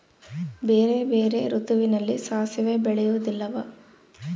ಬೇರೆ ಬೇರೆ ಋತುವಿನಲ್ಲಿ ಸಾಸಿವೆ ಬೆಳೆಯುವುದಿಲ್ಲವಾ?